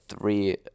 three